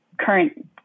current